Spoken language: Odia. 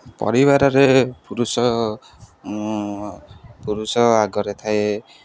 ପରିବାରରେ ପୁରୁଷ ପୁରୁଷ ଆଗରେ ଥାଏ